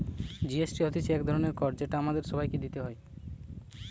GST হতিছে এক ধরণের কর যেটা আমাদের সবাইকে দিতে হয়